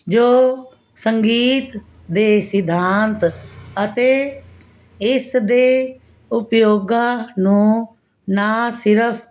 ਜੋ ਸੰਗੀਤ ਦੇ ਸਿਧਾਂਤ ਅਤੇ ਇਸਦੇ ਉਪਯੋਗਾਂ ਨੂੰ ਨਾ ਸਿਰਫ਼